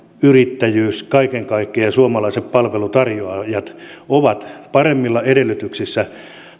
yrittäjyys kaiken kaikkiaan suomalaiset palvelutarjoajat ovat paremmilla edellytyksillä